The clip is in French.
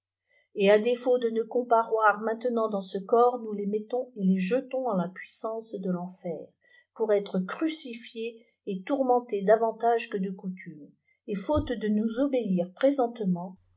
et à défaut de ne comparoir maintenant dans ce corps nous les mettons et les jetons en la puissance de l'enfer pour être crucifiés et tourmentés davantage que de coutume et faute de nous obéir présentement